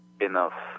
enough